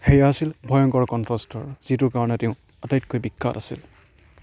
সেয়া আছিল ভয়ংকৰ কণ্ঠস্বৰ যিটোৰ কাৰনে তেওঁ আটাইতকৈ বিখ্যাত আছিল